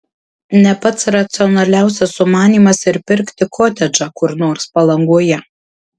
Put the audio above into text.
ne pats racionaliausias sumanymas ir pirkti kotedžą kur nors palangoje